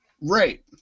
Right